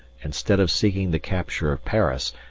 instead of seeking the capture of paris,